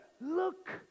look